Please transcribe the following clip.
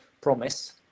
promise